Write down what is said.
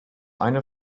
eine